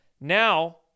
Now